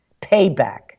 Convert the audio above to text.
Payback